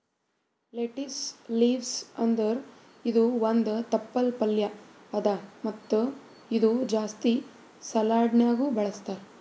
lettuce leaves ಅಂದುರ್ ಇದು ಒಂದ್ ತಪ್ಪಲ್ ಪಲ್ಯಾ ಅದಾ ಮತ್ತ ಇದು ಜಾಸ್ತಿ ಸಲಾಡ್ನ್ಯಾಗ ಬಳಸ್ತಾರ್